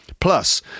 Plus